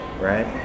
right